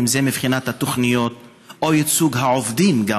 אם זה מבחינת התוכניות או ייצוג העובדים גם